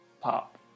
Pop